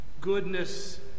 goodness